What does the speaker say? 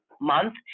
month